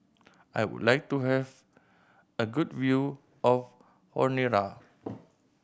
I would like to have a good view of Honiara